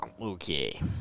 Okay